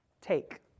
take